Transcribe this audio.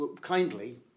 kindly